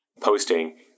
posting